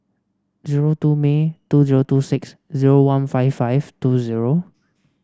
zero two May two zero two six zero one five five two zero